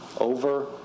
over